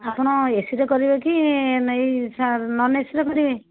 ଆପଣ ଏସିରେ କରିବେକି ନା ଏଇ ନନ ଏସି ରେ କରିବେ